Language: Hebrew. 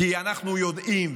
כי אנחנו יודעים,